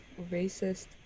racist